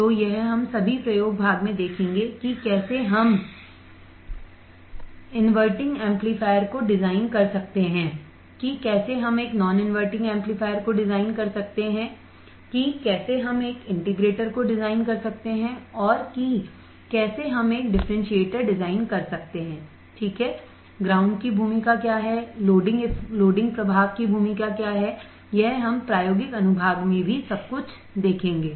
तो यह हम सभी प्रयोग भाग में देखेंगे कि कैसे हम इनवर्टिंग एम्पलीफायर को डिज़ाइन कर सकते हैं कि कैसे हम एक नॉन इनवर्टिंग एम्पलीफायर को डिज़ाइन कर सकते हैं कि कैसे हम इंटीग्रेटर को डिज़ाइन कर सकते हैं कि आप कैसे डिफरेंशिएटर डिज़ाइन कर सकते हैं ग्राउंड की भूमिका क्या है लोडिंग प्रभाव की भूमिका क्या है हम प्रायोगिक अनुभाग में भी सब कुछ देखेंगे